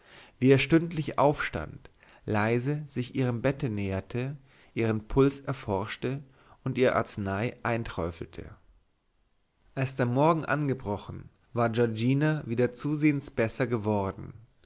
wie er stündlich aufstand leise sich ihrem bette näherte ihren puls erforschte und ihr arznei eintröpfelte als der morgen angebrochen war giorgina wieder zusehends besser geworden